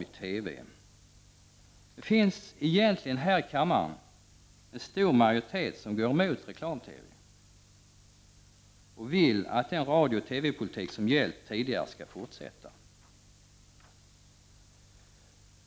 Det finns egentligen här i kammaren en stor majoritet som går emot reklam-TV och vill att den radiooch TV-politik som gällt tidigare skall fortsätta.